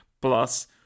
Plus